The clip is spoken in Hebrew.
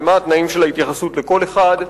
ומה התנאים של ההתייחסות לכל אחד.